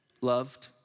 loved